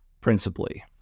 principally